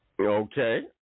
Okay